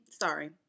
Sorry